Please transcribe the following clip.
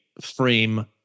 frame